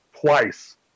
twice